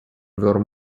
were